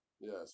Yes